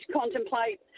contemplate